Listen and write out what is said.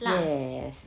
yes